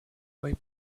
way